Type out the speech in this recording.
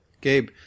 Gabe